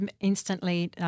instantly